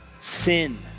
sin